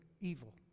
evil